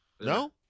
No